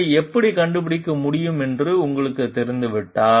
அதை எப்படி கண்டுபிடிக்க முடியும் என்று உங்களுக்குத் தெரியாவிட்டால்